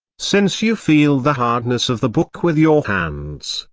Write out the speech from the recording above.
since you feel the hardness of the book with your hands,